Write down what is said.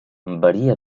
varia